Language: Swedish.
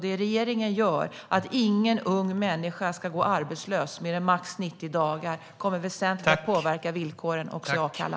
Det regeringen gör i fråga om att ingen ung människa ska gå arbetslös mer än 90 dagar kommer att påverka villkoren väsentligt, också i Akalla.